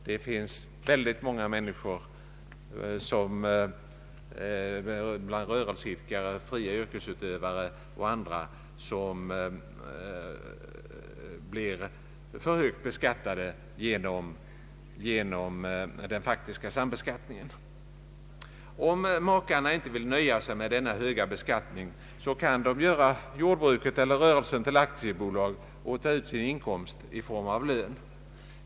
Det finns väldigt många människor bland rörelseidkare och fria yrkesutövare liksom också i andra grupper som blir för högt beskattade genom den faktiska sambeskattningen. Om makarna inte vill nöja sig med denna höga beskattning kan de göra jordbruket eller rörelsen till aktiebolag och ta ut sin inkomst i form av lön.